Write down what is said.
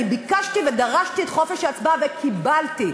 אני ביקשתי ודרשתי את חופש ההצבעה וקיבלתי,